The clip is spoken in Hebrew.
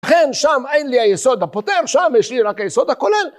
לכן שם אין לי היסוד הפוטר, שם יש לי רק היסוד הכולל.